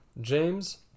James